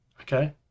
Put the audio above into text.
okay